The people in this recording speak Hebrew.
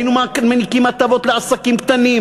היינו מעניקים הטבות לעסקים קטנים,